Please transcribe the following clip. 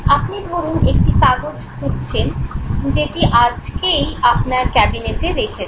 আপনি ধরুন একটি কাগজ খুঁজছেন যেটি আজকেই আপনার ক্যাবিনেটে রেখেছেন